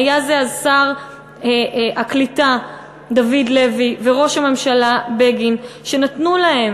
היו אלה שר הקליטה דוד לוי וראש הממשלה בגין שנתנו להם,